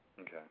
Okay